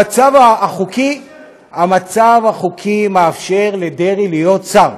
המצב החוקי מאפשר לדרעי להיות שר.